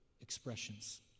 expressions